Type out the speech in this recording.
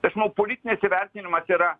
tai aš manau politinis įvertinimas yra